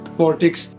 politics